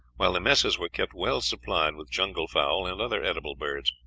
while the messes were kept well supplied with jungle fowl and other edible birds.